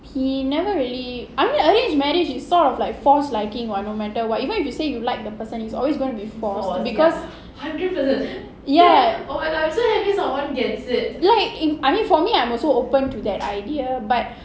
he never really I mean arranged marriage is sort of like force liking [what] no matter what even if you say you like the person is always going to be forced because ya like for me I'm also open to that idea but